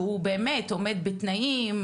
שהוא באמת עומד בתנאים,